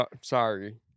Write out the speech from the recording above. Sorry